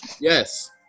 yes